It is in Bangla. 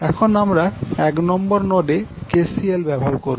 এখন আমরা এক নম্বর নোড এ KCL ব্যবহার করবো